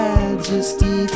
Majesty